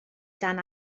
dan